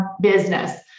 business